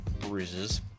bruises